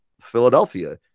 philadelphia